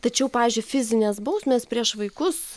tačiau pavyzdžiui fizinės bausmės prieš vaikus